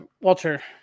Walter